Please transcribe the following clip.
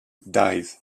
dies